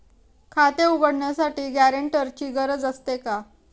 खाते उघडण्यासाठी गॅरेंटरची गरज असते का?